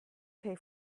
pay